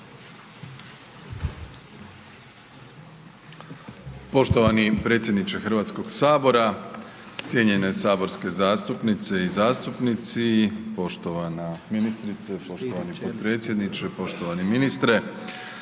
Poštovani predsjedniče HS-a, cijenjen saborske zastupnice i zastupnici. Poštovana ministrice, poštovani potpredsjedniče, poštovani ministre.